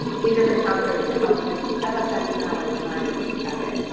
teachers and counselors can help students to set up that email and remind them to check it.